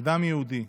אדם יהודי.